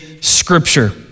Scripture